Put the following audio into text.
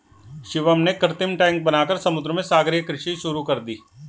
शिवम ने कृत्रिम टैंक बनाकर समुद्र में सागरीय कृषि शुरू कर दी